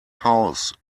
house